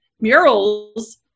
Murals